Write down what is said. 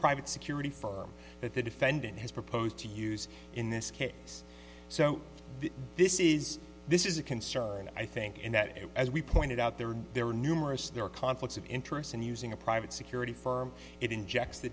private security firm that the defendant has proposed to use in this case so this is this is a concern i think in that as we pointed out there are there are numerous there are conflicts of interest in using a private security firm it injects the